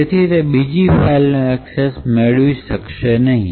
તેથી તે બીજી ફાઇલનો ઍક્સેસ મળશે નહિ